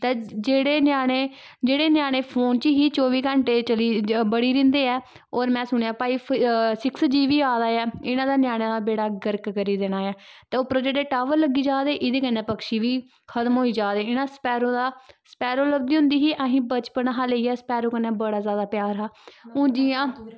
ते जेह्ड़े ञ्यानें जेह्ड़े ञ्यानें फोन च ही चौबी घैंटे चली बड़ी रैंह्नदे ऐ होर में सुनेआ भाई फ सिक्स जी बी आ दा ऐ इ'ना ते ञ्यानें दा बेड़ा गर्क करी देना ऐ ते उप्परो जेह्ड़े टावर लग्गी जा दे एह्दे कन्नै पक्षी बी खतम होई जा दे इ'नें स्पैरो दा स्पैरो लभदी होंदी ही असें बचपन हा लेइयै स्पैरो कन्नै बड़ा जैदा प्यार हा हून जि'यां